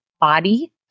body